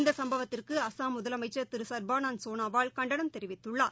இந்த சுப்பவத்திற்கு அசாம் முதலனமச்சர் திரு சர்பானந்த் சோனோவால் கண்டனம் தெரிவித்துள்ளார்